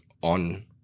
on